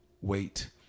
Wait